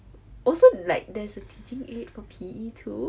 oh so like there's a teaching aid for P_E too